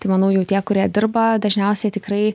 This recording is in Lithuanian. tai manau jau tie kurie dirba dažniausiai tikrai